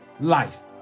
life